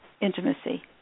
intimacy